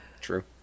True